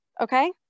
Okay